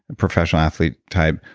professional athlete type,